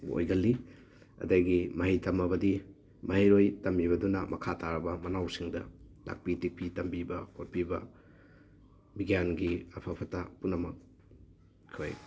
ꯑꯣꯏꯒꯜꯂꯤ ꯑꯗꯒꯤ ꯃꯍꯩ ꯇꯝꯃꯕꯗꯤ ꯃꯍꯩꯔꯣꯏ ꯇꯝꯃꯤꯕꯗꯨꯅ ꯃꯈꯥ ꯇꯥꯔꯕ ꯃꯅꯥꯎꯁꯤꯡꯗ ꯇꯥꯛꯄꯤ ꯇꯦꯛꯄꯤ ꯇꯝꯕꯤꯕ ꯈꯣꯠꯄꯤꯕ ꯕꯤꯒ꯭ꯌꯥꯟꯒꯤ ꯑꯐ ꯐꯠꯇ ꯄꯨꯝꯅꯃꯛ ꯑꯩꯈꯣꯏ